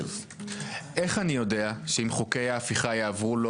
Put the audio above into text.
איך אני יודע שאם חוקי ההפיכה יעברו לא